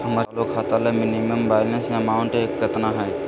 हमर चालू खाता ला मिनिमम बैलेंस अमाउंट केतना हइ?